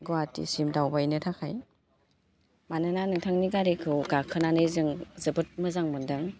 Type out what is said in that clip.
गुवाहाटिसिम दावबायनो थाखाय मानोना नोंथांनि गारिखौ गाखोनानै जों जोबोद मोजां मोन्दों